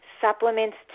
supplements